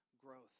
growth